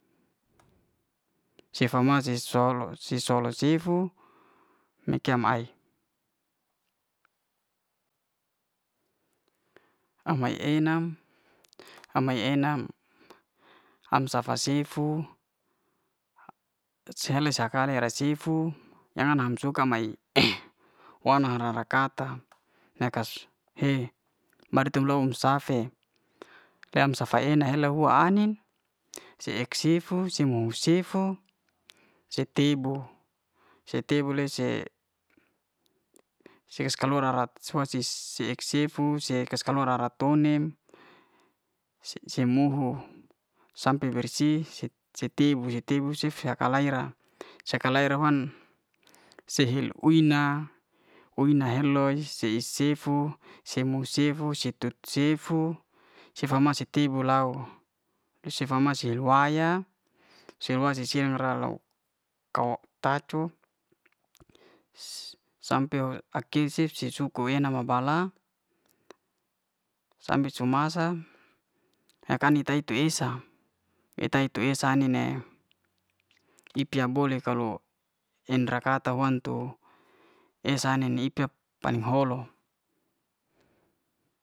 sefa ma se solo se solo sifu me'kam am mae mae'enam am mae'enam, am safa sifu se're ra ka'sifu ra jangan ham suka mae wam ra'ra kata ne kas he badut'tum lo safe le'em safa he'na helou hua ai'nin se ek sifu, se mo sifu se tebu se tebu le se se ke lo'larat suak'sif se es sefu, se es kaskaluar ra- ra to nem se'muhu sampe bersih se tebu, se tebu se haka'laya ra se heuw'na uh'ina heuloy se sefu, semu sefu, se'tut sefu, sefa mau su tebu laou, sefa ma se hu'waya se wa'sisian raralau kau tak- cu sampe ak ke'se cef aku wene na bala sampe su masa na ka kai'ta tu ni'esa. eta itu esa ani'ne ipi'ya boleh kalo endra'kata huan tu esa ne ip'ta paling holo.